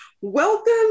Welcome